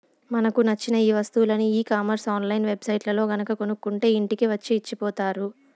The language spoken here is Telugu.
మనకు నచ్చిన వస్తువులని ఈ కామర్స్ ఆన్ లైన్ వెబ్ సైట్లల్లో గనక కొనుక్కుంటే ఇంటికి వచ్చి ఇచ్చిపోతారు